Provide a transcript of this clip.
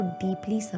deeply